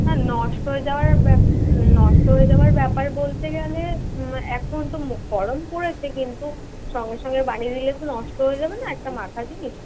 হ্যাঁ নষ্ট হয়ে যাওয়ার ব্যাপার নষ্ট হয়ে যাওয়ার ব্যাপার বলতে গেলে এখন তো গরম পড়েছে কিন্তু সঙ্গে সঙ্গে দাঁড়িয়ে বানিয়ে দিলে তো নষ্ট হয়ে যাবে না একটা মাখা জিনিস